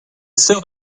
sœur